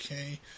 Okay